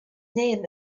name